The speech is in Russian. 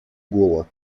голод